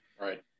Right